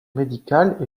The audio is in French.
médicale